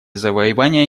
завоевания